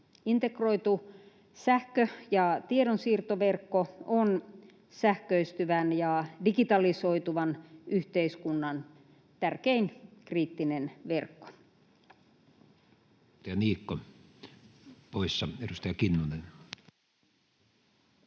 Integroitu sähkö- ja tiedonsiirtoverkko on sähköistyvän ja digitalisoituvan yhteiskunnan tärkein kriittinen verkko. [Speech 86] Speaker: Matti Vanhanen